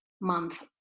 Month